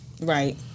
Right